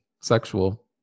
sexual